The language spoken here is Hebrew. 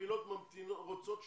הקהילות רוצות שתבוא.